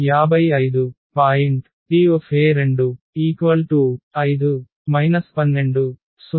Te25 120 Te33527 42